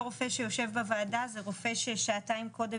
רופא שיושב בוועדה זה רופא ששעתיים קודם,